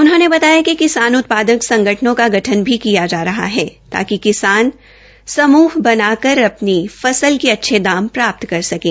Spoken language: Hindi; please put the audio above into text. उन्होंने बताया कि इसके लिए किसान उत्पादक संगठनों का गठन किया जा रहा है ताकि किसान समूह बनाकर अपनी फसल के अच्छे दाम प्राप्त कर सकें